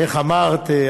ואיך אמרת?